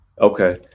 Okay